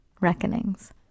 reckonings